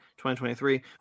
2023